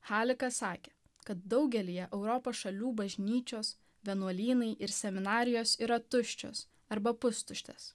halikas sakė kad daugelyje europos šalių bažnyčios vienuolynai ir seminarijos yra tuščios arba pustuštės